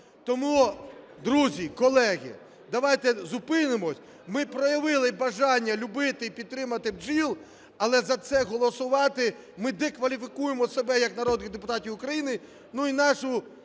Тому, друзі, колеги, давайте зупинимося. Ми проявили бажання любити і підтримувати бджіл, але за це голосувати – ми дискваліфікуємо себе як народні депутати України,